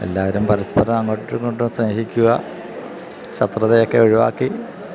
എല്ലാവരും പരസ്പരം അങ്ങോട്ടുമിങ്ങോട്ടും സ്നേഹിക്കുക ശത്രുതയൊക്കെ ഒഴിവാക്കി